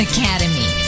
Academy